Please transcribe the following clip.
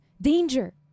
Danger